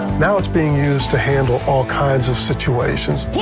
now it's being used to handle all kinds of situations.